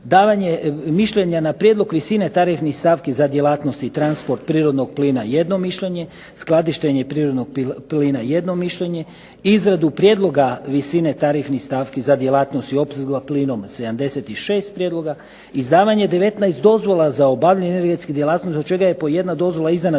Davanje mišljenja na prijedlog visine tarifnih stavki za djelatnost i transport prirodnog plina jedno mišljenje, skladištenje prirodnog plina jedno mišljenje, izradu prijedloga visine tarifnih stavki za djelatnost i opskrbu plinom 76 prijedloga, izdavanje 19 dozvola za obavljanje energetskih djelatnosti od čega je po jedna dozvola izdana za